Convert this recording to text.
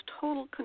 total